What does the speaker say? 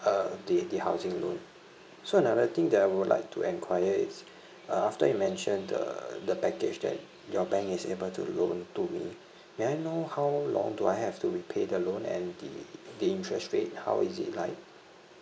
uh the the housing loan so another thing that I would like to inquire is uh after you mentioned the the package that your bank is able to loan to me may I know how long do I have to repay the loan and the the interest rate how is it like